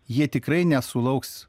jie tikrai nesulauks